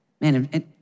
Man